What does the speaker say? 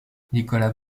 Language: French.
nicolas